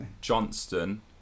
Johnston